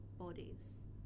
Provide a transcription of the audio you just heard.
bodies